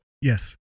yes